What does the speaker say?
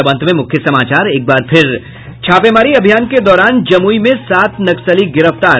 और अब अंत में मुख्य समाचार छापेमारी अभियान के दौरान जमुई में सात नक्सली गिरफ्तार